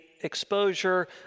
exposure